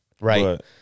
right